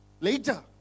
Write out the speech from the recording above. Later